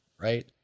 right